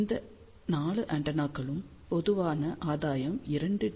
அந்த 4 ஆண்டெனாக்களுக்கும் பொதுவான ஆதாயம் 2 டி